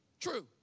true